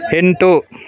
ಎಂಟು